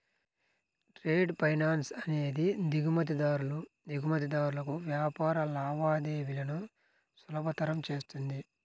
trade finance అనేది దిగుమతిదారులు, ఎగుమతిదారులకు వ్యాపార లావాదేవీలను సులభతరం చేస్తుంది